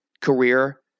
career